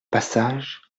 passage